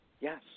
Yes